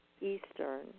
Eastern